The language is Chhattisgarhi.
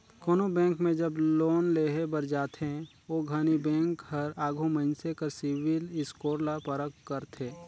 कोनो बेंक में जब लोन लेहे बर जाथे ओ घनी बेंक हर आघु मइनसे कर सिविल स्कोर कर परख करथे